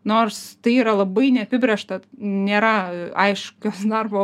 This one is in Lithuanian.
nors tai yra labai neapibrėžta nėra aiškios darbo